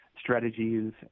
strategies